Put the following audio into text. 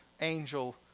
angel